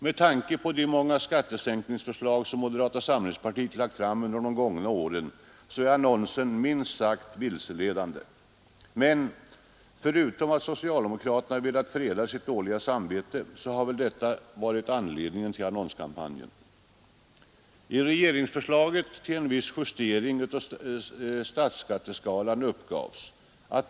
Med tanke på de många skattesänkningsförslag som moderata samlingspartiet lagt fram under de gångna åren är annonsen minst sagt vilseledande. Men — förutom att socialdemokraterna velat: freda sitt dåliga samvete — har väl just detta varit anledningen till annonskampanjen.